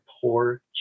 poor